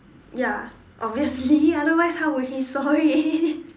ya obviously otherwise how would he saw it